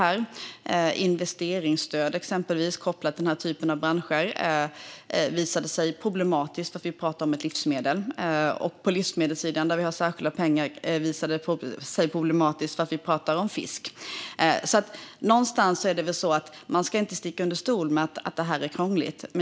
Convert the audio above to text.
När det gäller investeringsstöd kopplade till den här typen av branscher visade det sig exempelvis problematiskt att det handlar om livsmedel. På livsmedelssidan, där vi har särskilda pengar, visade det sig problematiskt att det handlar om fisk. Man ska inte sticka under stol med att det är krångligt.